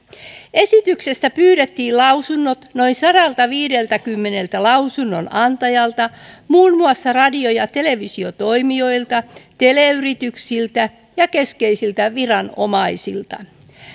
esityksestä pyydettiin lausunnot noin sadaltaviideltäkymmeneltä lausunnonantajalta muun muassa radio ja televisiotoimijoilta teleyrityksiltä ja keskeisiltä viranomaisilta